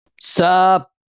Sup